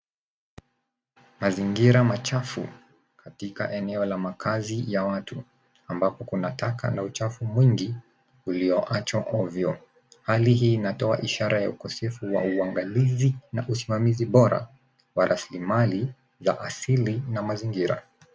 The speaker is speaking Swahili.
Mazingira machafu katika eneo la makazi ya watu ambapo kuna taka na uchafu mwingi ulioachwa ovyo. Hali hii inatoa ishara ya ukosefu wa uangalizi na usimamizi bora wa rasilimali za asili na mazingira.